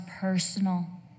personal